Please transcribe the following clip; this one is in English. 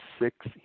six